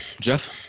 Jeff